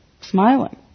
smiling